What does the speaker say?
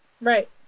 Right